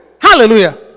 Hallelujah